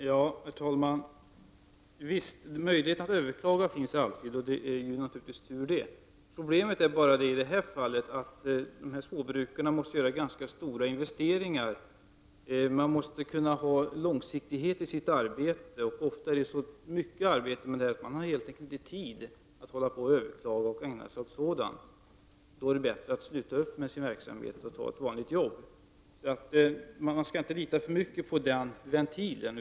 Herr talman! Ja, visst finns alltid möjligheten att överklaga, och det är tur det. Problemet är bara i detta fall att dessa småbrukare måste göra ganska stora investeringar. Därför måste de ha långsiktighet i sitt arbete. Ofta är det så mycket arbete med dessa överklagningsärenden att de helt enkelt inte har tid att ägna sig åt dem. Då är det bättre för dem att sluta sin verksamhet och ta en vanlig anställning. Man skall inte lita alltför mycket på den ventilen.